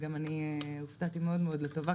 גם אני הופתעתי מאוד מאוד לטובה,